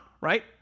right